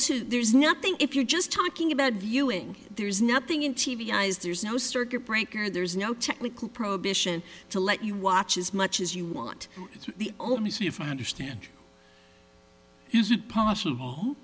to there's nothing if you're just talking about viewing there's nothing in t v eyes there's no circuit breaker there's no technical prohibition to let you watch as much as you want it's the only see if i understand is it possible